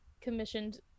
commissioned